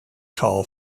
call